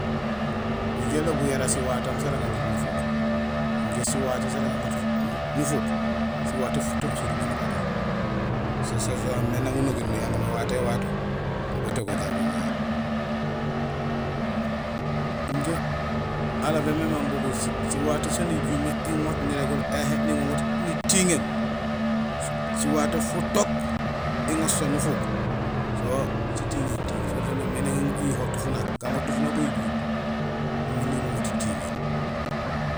Nijool ilobul yara siwatohoom sara goŋoot nufuk. Injé siwato sara gaŋoot nufuk; siwato futook surubo nibajé so soomé nang unogénul niyaŋoom éwato wato aw bétogoom jaguŋéér. Injé alobé mama bugul siwato saan ijumé iŋoot nirégul éhé niŋoŋoot nitiŋéén; siwato futook iŋoot so nufuk, so sitiŋeem tiiŋ so soomé nang iyuho tufunak; gaŋoot tufunak go ijuut nimi niŋoŋoot itiŋéén.